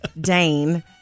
Dane